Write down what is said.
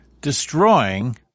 destroying